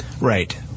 Right